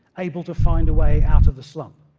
able to find a way out of the slump.